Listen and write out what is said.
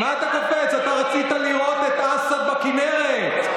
אתה רצית לראות את אסד בכינרת.